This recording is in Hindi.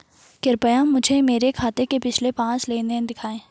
कृपया मुझे मेरे खाते के पिछले पांच लेन देन दिखाएं